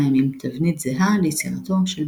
ימים – תבנית זהה ליצירתו של בוקאצ'ו.